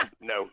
no